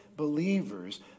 believers